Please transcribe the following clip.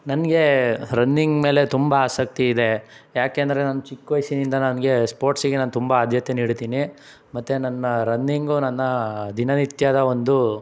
ನನಗೆ ರನ್ನಿಂಗ್ ಮೇಲೆ ತುಂಬ ಆಸಕ್ತಿ ಇದೆ ಯಾಕೆ ಅಂದರೆ ನಾನು ಚಿಕ್ಕ ವಯಸ್ಸಿನಿಂದ ನನಗೆ ಸ್ಪೋರ್ಟ್ಸಿಗೆ ನಾನು ತುಂಬ ಆದ್ಯತೆ ನೀಡುತ್ತೀನಿ ಮತ್ತು ನನ್ನ ರನ್ನಿಂಗು ನನ್ನ ದಿನನಿತ್ಯದ ಒಂದು